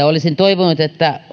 olisin toivonut että